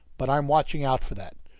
but i'm watching out for that.